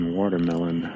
watermelon